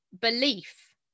belief